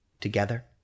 Together